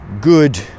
good